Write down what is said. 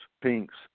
pinks